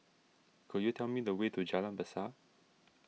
could you tell me the way to Jalan Besar